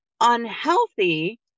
unhealthy